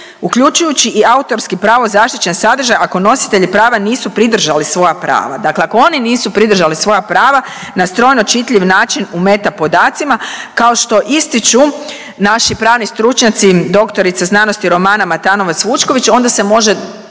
uključujući i autorski pravo zaštićen sadržaj ako nositelji prava nisu pridržali svoja prava. Dakle, ako oni nisu pridržali svoja prava na strojno čitljiv način u meta podacima kao što ističu naši pravni stručnjaci dr.sc. Romana Matanovac Vučković onda se može